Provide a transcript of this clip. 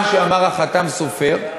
מה שאמר החת"ם סופר,